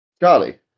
Charlie